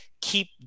keep